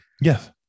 yes